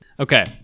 Okay